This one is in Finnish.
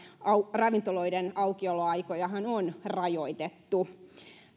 ravintoloiden aukioloaikojahan on rajoitettu